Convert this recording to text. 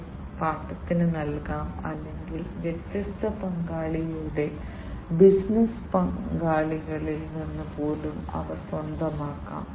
വീണ്ടും സെൻസറുകൾ പതിറ്റാണ്ടുകളായി നിലവിലുണ്ട് എന്നാൽ ഇപ്പോൾ അടുത്തിടെ അവ IoT IIoT എന്നിവയുടെ ജനപ്രീതിയോടെ സമീപ വർഷങ്ങളിൽ കൂടുതൽ ജനപ്രിയമായി